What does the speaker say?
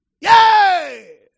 Yay